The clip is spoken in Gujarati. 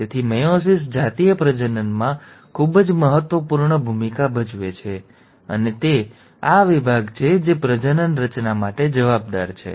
તેથી મેયોસિસ જાતીય પ્રજનનમાં ખૂબ જ મહત્વપૂર્ણ ભૂમિકા ભજવે છે અને તે આ વિભાગ છે જે પ્રજનન રચના માટે જવાબદાર છે